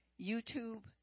YouTube